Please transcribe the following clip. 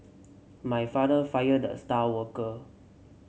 my father fired the star worker